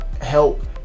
help